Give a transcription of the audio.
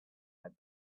had